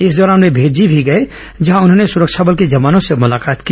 इस दौरान वे भेज्जी भी गए जहां उन्होंने सुरक्षा बल के जवानों से मुलाकात की